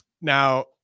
now